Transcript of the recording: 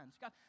God